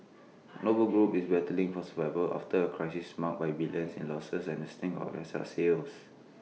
noble group is battling for survival after A crisis marked by billions in losses and A string of asset sales